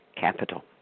capital